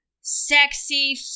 Sexy